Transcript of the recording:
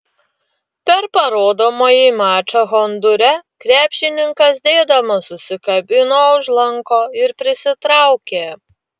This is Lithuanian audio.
per parodomąjį mačą hondūre krepšininkas dėdamas užsikabino už lanko ir prisitraukė